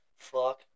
Fuck